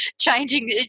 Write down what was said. Changing